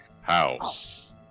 house